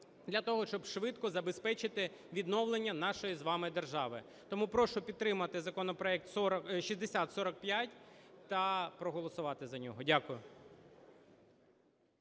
для того, щоб швидко забезпечити відновлення нашої з вами держави. Тому прошу підтримати законопроект 6045 та проголосувати за нього. Дякую.